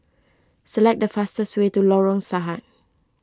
select the fastest way to Lorong Sahad